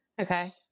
Okay